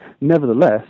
Nevertheless